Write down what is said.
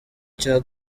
cya